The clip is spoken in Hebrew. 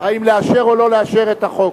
האם לאשר או לא לאשר את החוק.